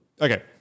Okay